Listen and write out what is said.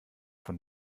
von